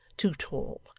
too tall,